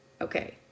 Okay